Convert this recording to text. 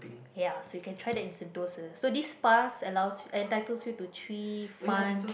ya so you can try that in Sentosa so this pass allows entitles you to three fun